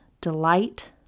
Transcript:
delight